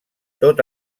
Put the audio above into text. tot